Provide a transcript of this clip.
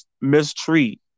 mistreat